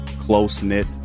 close-knit